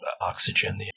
oxygen